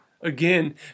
again